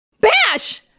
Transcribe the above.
Bash